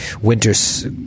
Winters